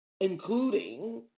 including